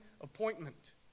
appointment